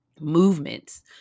Movements